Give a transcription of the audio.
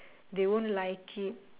they won't like it